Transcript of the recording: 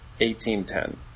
1810